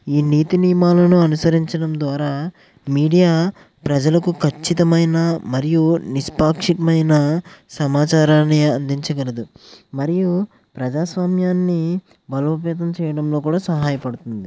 ఈ నీతి నియమాలను అనుసరించడం ద్వారా మీడియా ప్రజలకు ఖచ్చితమైన మరియు నిష్పాక్షితమైన సమాచారాన్ని అందించగలదు మరియు ప్రజాస్వామ్యాన్ని బలోపేతం చేయడంలో కూడా సహాయపడుతుంది